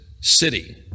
city